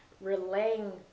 relaying